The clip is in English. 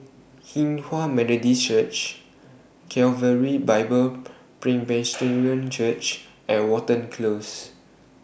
Hinghwa Methodist Church Calvary Bible Presbyterian Church and Watten Close